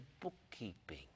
bookkeeping